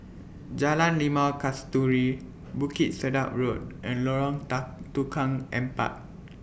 Jalan Limau Kasturi Bukit Sedap Road and Lorong Dark Tukang Empat